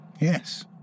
yes